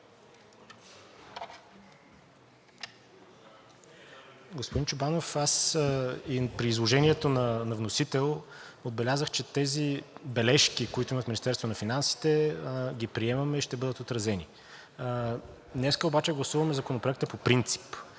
Господин Чобанов, аз и при изложението на вносител отбелязах, че тези бележки, които имат Министерството на финансите, ги приемаме и ще бъдат отразени. Днес обаче гласуваме Законопроекта по принцип.